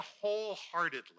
wholeheartedly